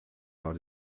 war